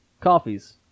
coffees